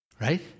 Right